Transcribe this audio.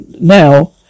now